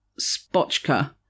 Spotchka